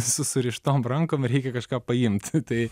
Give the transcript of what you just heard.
su surištom rankom reikia kažką paimt tai